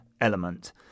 element